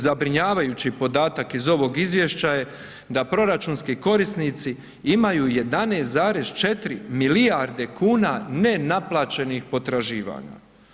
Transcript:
Zabrinjavajući podatak iz ovog izvješća je da proračunski korisnici imaju 11,4 milijarde kuna nenaplaćenih potraživanja.